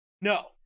No